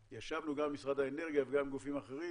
שישבנו גם עם משרד האנרגיה וגם עם גופים אחרים,